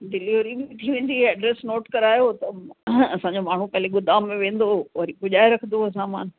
delivery बि थी वेंदी एड्रस नोट करायो त असांजो माण्हू पहिले गोदाम में वेंदो वरी पुॼाए रखंदुव सामानु